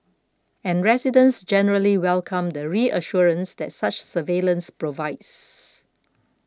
and residents generally welcome the reassurance that such surveillance provides